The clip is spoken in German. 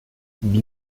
die